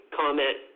comment